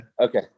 Okay